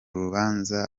rubanza